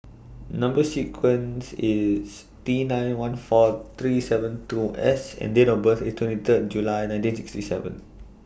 Number sequence IS T nine one four three seven two S and Date of birth IS twenty Third July nineteen sixty seven